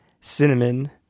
cinnamon